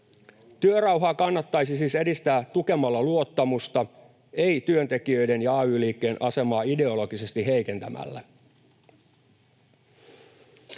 Työrauhaa kannattaisi siis edistää tukemalla luottamusta, ei työntekijöiden ja ay-liikkeen asemaa ideologisesti heikentämällä.